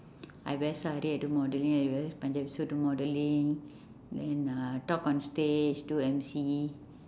I wear sari I do modelling I wear suit do modelling then uh talk on stage do emcee